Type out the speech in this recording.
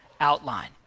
outline